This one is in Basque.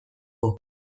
dugu